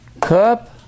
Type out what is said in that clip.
Cup